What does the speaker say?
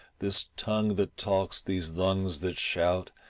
this tongue that talks, these lungs that shout,